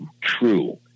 true